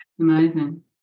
Amazing